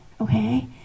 Okay